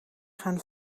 gaan